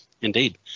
Indeed